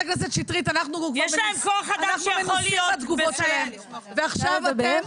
יש להם כוח אדם שיכול להיות --- ועכשיו אתן,